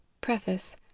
Preface